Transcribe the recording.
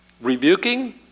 rebuking